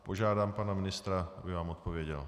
Požádám pana ministra, aby vám odpověděl.